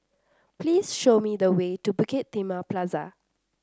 please show me the way to Bukit Timah Plaza